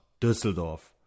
Düsseldorf